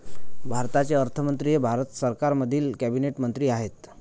भारताचे अर्थमंत्री हे भारत सरकारमधील कॅबिनेट मंत्री आहेत